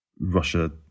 Russia